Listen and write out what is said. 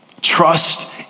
trust